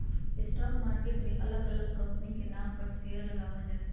stock market मे अलग अलग कंपनी के नाम पर शेयर लगावल जा हय